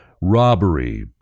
robbery